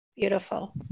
Beautiful